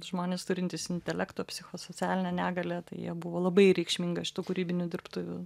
žmonės turintys intelekto psichosocialinę negalią tai jie buvo labai reikšminga šitų kūrybinių dirbtuvių